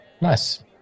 Nice